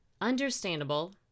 Understandable